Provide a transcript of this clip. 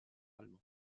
allemand